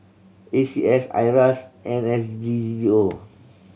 A C S IRAS and N S D G O